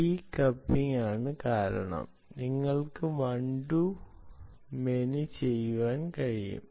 decoupling കാരണം നിങ്ങൾക്ക് one to many ചെയ്യാൻ കഴിയും